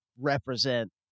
represent